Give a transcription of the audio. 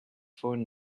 phone